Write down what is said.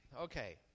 Okay